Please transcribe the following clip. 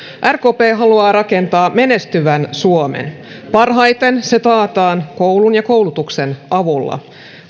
rkp haluaa rakentaa menestyvän suomen parhaiten se taataan koulun ja koulutuksen avulla